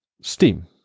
Steam